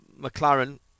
McLaren